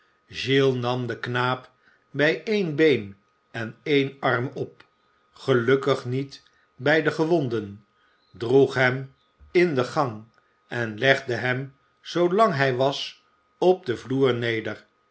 oiles nam den knaap bij één been en één arm op gelukkig niet bij den gewonden droeg hem in de gang en legde hem zoo lang hij was op den vloer neder